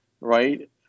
right